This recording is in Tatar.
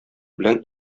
белән